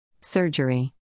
Surgery